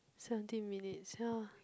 seventeen minutes ya